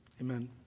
Amen